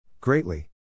Greatly